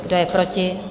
Kdo je proti?